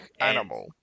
Animal